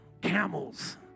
Camels